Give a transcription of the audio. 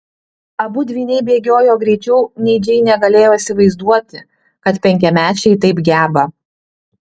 abu dvyniai bėgiojo greičiau nei džeinė galėjo įsivaizduoti kad penkiamečiai taip geba